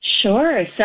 Sure